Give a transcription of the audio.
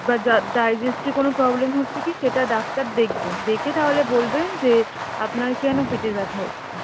বা ডাইজেস্টে কোনো প্রবলেম হচ্ছে কি সেটা ডাক্তার দেখবেন দেখে তাহলে বলবেন যে আপনার কেন পেটের ব্যথা হচ্ছে